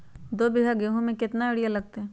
दो बीघा गेंहू में केतना यूरिया लगतै?